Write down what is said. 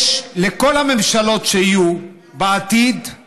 לכל הממשלות שיהיו בעתיד יש